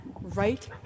right